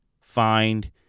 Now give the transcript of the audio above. find